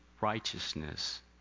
righteousness